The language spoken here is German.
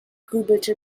grübelte